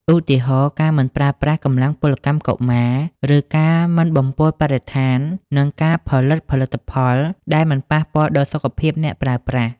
ឧទាហរណ៍ ការមិនប្រើប្រាស់កម្លាំងពលកម្មកុមារ ការមិនបំពុលបរិស្ថាន និងការផលិតផលិតផលដែលមិនប៉ះពាល់ដល់សុខភាពអ្នកប្រើប្រាស់។